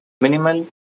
Minimal